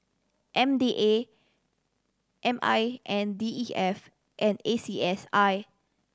M D A M I N D E F and A C S I